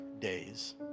days